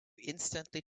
instantly